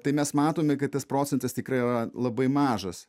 tai mes matome kad tas procentas tikrai yra labai mažas